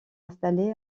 installé